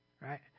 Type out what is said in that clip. right